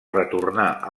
retornar